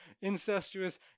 incestuous